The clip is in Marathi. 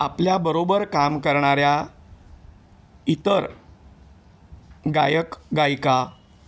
आपल्याबरोबर काम करणाऱ्या इतर गायक गायिका